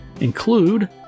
include